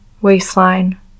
waistline